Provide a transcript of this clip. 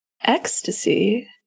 Ecstasy